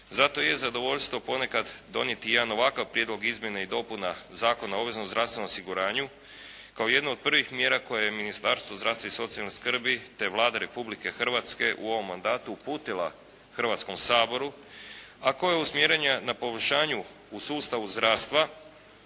Zato je zadovoljstvo ponekad donijeti jedan ovakav Prijedlog izmjena i dopuna Zakona o obveznom zdravstvenom osiguranju kao jedno od prvih mjera koje je Ministarstvo zdravstva i socijalne skrbi, te Vlada Republike Hrvatske u ovom mandatu uputila Hrvatskom saboru, a koja je usmjerena na poboljšanju u sustavu zdravstva